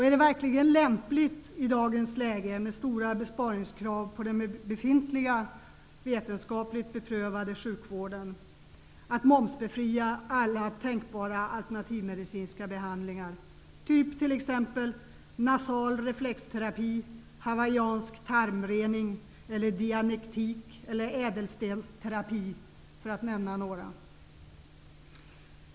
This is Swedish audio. Är det verkligen lämpligt i dagens läge, med stora besparingskrav på den befintliga, vetenskapligt beprövade sjukvården, att momsbefria alla tänkbara alternativmedicinska behandlingar -- t.ex. nasal reflexterapi, hawaiiansk tarmrening, dianetik eller ädelstensterapi?